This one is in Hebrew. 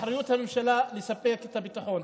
אחריות המשטרה, אחריות הממשלה, לספק את הביטחון.